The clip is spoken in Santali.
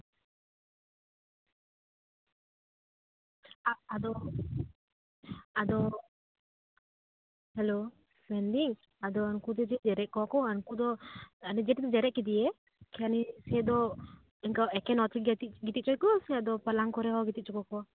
ᱟᱫᱚ ᱟᱫᱚ ᱦᱮᱞᱳ ᱢᱮᱱᱫᱤᱧ ᱟᱫᱚ ᱩᱱᱠᱩ ᱡᱩᱫᱤ ᱡᱮᱨᱮᱫ ᱠᱚᱣᱟᱠᱚ ᱟᱫᱚ ᱩᱱᱠᱩ ᱫᱚ ᱩᱱᱤᱡᱮᱢ ᱡᱮᱨᱮᱫ ᱠᱮᱫᱮᱭᱟ ᱟᱫᱚ ᱥᱮᱫᱚ ᱮᱠᱮᱱ ᱚᱛ ᱨᱮᱜᱮ ᱜᱤᱛᱤᱡ ᱠᱟᱠᱚᱣᱟᱠᱚ ᱥᱮ ᱯᱟᱱᱚᱝᱠᱚ ᱨᱮᱦᱚᱸ ᱜᱤᱛᱤᱡ ᱦᱚᱪᱚ ᱠᱚᱣᱟ ᱠᱚ